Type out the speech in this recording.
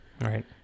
Right